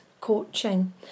coaching